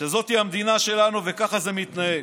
שזאת היא המדינה שלנו וככה זה מתנהל.